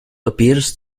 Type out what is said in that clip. appears